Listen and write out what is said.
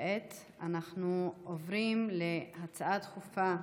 כעת אנחנו עוברים להצעה דחופה,